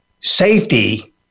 safety